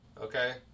Okay